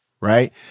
right